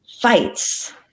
fights